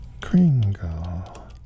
Kringle